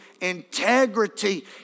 integrity